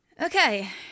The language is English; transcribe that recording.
Okay